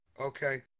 okay